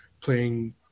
playing